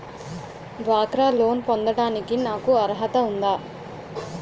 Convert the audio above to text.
డ్వాక్రా లోన్ పొందటానికి నాకు అర్హత ఉందా?